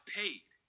paid